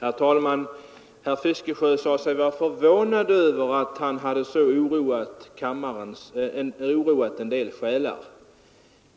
Herr talman! Herr Fiskesjö sade sig vara förvånad över att han hade oroat en del själar i